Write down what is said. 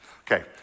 Okay